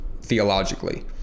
theologically